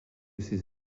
ces